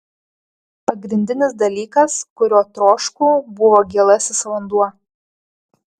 pagrindinis dalykas kurio troškau buvo gėlasis vanduo